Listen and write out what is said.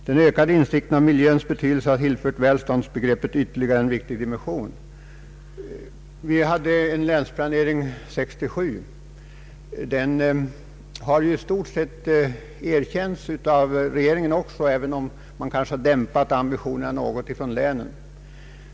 Den ökade insikten om miljöns betydelse har tillfört välståndsbegreppet ytterligare en viktig dimension.” Länsplanering 67 accepterades i stort sett av regeringen, även om länens ambitioner dämpades något.